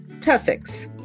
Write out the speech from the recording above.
tussocks